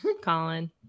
Colin